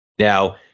Now